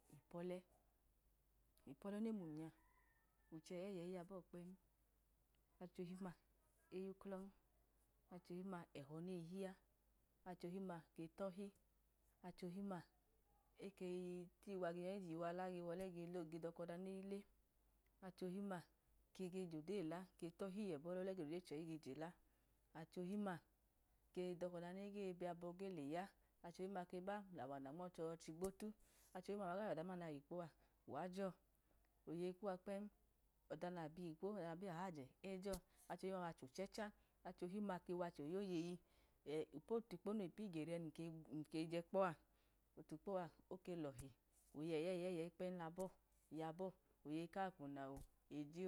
Ipu ọlẹ, ipu ọlẹ ne mum nya uchẹ ẹyẹyẹyi yabọ kpẹm, acholum ma ayuklọn, acholum ma ẹhọ neyi hia, achdim ma ge tọhi, achohim ma ge kpeyi wa nyo ga jiyiwa la le wọlẹ gega dọka ọda ole, achohim ma ge tdin bọlọlẹ ge lọda eyi chẹyi ge jela, achohim ma ge dọka koda nege biyabọ kcheya, achohim-ma keba awanda nmọchọchi gbotu, achọgim-ma wagayẹ oda duma a nayi wikpo a uwijọ, oyeyi kuwa kpẹm ọda nabi wikpo ọda nabi ahajẹ ejọ achohim ma wachẹ ochecha, achohim ma wachẹ ayoyeyi ipuotukpo no wipu ogeri mun ke je kpọa otukpo a oke lohi oyeyi kakwuna eje ogwa.